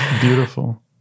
Beautiful